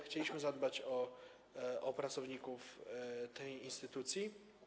Chcieliśmy zadbać o pracowników tej instytucji.